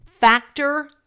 Factor